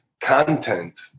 content